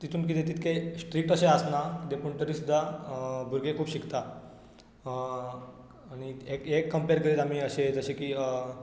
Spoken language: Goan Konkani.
तितून किदें तितकें श्ट्रिक्ट अशें आसना किदें पूण तरी सुद्दां भुरगे खूब शिकता आनी एक हें एक कम्पॅर करीत आमी अशें जशें की